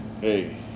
hey